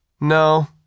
No